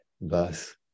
thus